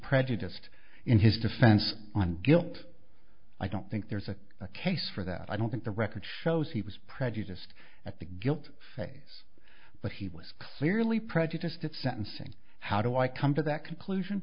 prejudiced in his defense on guilt i don't think there's a case for that i don't think the record shows he was prejudiced at the guilt phase but he was clearly prejudiced at sentencing how do i come to that conclusion